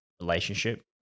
relationship